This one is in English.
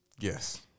Yes